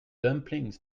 dumplings